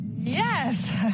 Yes